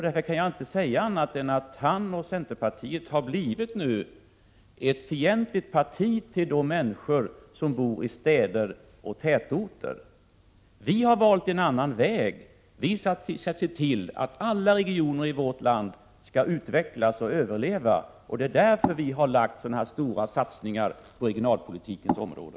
Därför kan jag inte säga annat än att han och centerpartiet har blivit ett parti som är fientligt mot de människor som bor i städer och tätorter. Vi har valt en annan väg: Vi skall se till att alla regioner i vårt land skall utvecklas och överleva, och det är därför som vi har gjort så stora satsningar på regionalpolitikens område.